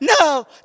No